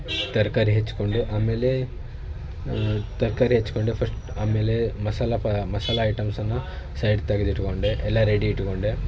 ತರಕಾರಿ ಹೆಚ್ಕೊಂಡು ಆಮೇಲೆ ತರಕಾರಿ ಹೆಚ್ಕೊಂಡೆ ಫಸ್ಟ್ ಆಮೇಲೆ ಮಸಾಲ ಪ ಮಸಾಲ ಐಟಮ್ಸನ್ನ ಸೈಡ್ ತೆಗೆದಿಟ್ಕೊಂಡೆ ಎಲ್ಲ ರೆಡಿ ಇಟ್ಕೊಂಡೆ